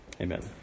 Amen